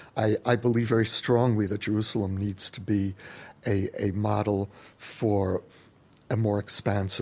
i i believe very strongly that jerusalem needs to be a a model for a more expansive